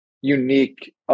unique